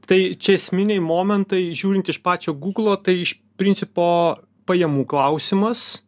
tai čia esminiai momentai žiūrint iš pačio gūglo tai iš principo pajamų klausimas